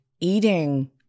eating